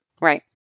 Right